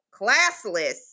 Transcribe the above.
classless